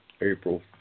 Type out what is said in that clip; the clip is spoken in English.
April